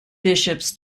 bishops